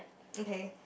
okay